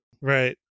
Right